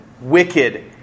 wicked